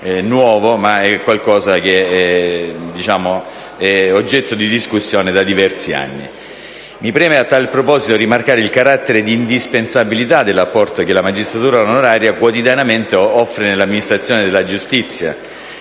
ma è oggetto di discussione da diversi anni. Mi preme a tal proposito rimarcare il carattere di indispensabilità dell'apporto che la magistratura onoraria quotidianamente offre nell'amministrazione della giustizia,